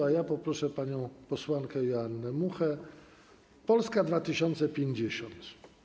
A ja proszę panią posłankę Joannę Muchę, Polska 2050.